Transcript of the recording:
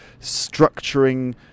structuring